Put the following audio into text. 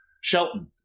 Shelton